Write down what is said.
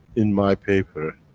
in my paper.